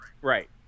Right